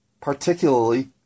Particularly